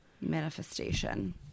manifestation